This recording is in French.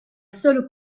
seule